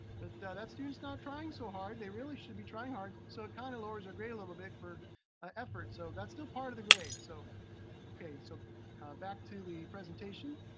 but that student's not trying so hard. they really should be trying hard, so it kind of lowers their grade a little bit for ah effort. so that's still part of the grade. okay, so back to the presentation.